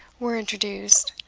were introduced,